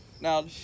Now